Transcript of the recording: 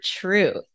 truth